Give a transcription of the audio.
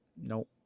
Nope